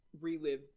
relive